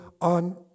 on